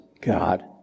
God